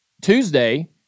Tuesday